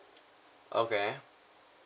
okay